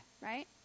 right